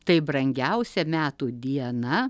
tai brangiausia metų diena